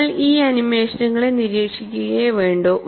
നിങ്ങൾ ഈ ആനിമേഷനുകളെ നിരീക്ഷിക്കുകയേ വേണ്ടൂ